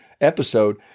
episode